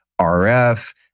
RF